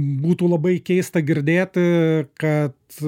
būtų labai keista girdėti kad